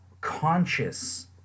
conscious